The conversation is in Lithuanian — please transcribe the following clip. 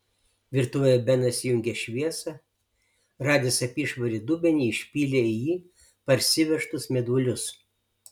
virtuvėje benas įjungė šviesą radęs apyšvarį dubenį išpylė į jį parsivežtus meduolius